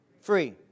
Free